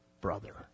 brother